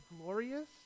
glorious